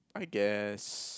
I guess